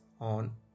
on